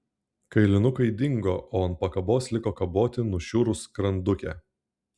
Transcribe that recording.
kailinukai dingo o ant pakabos liko kaboti nušiurus skrandukė